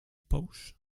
pose